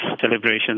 celebration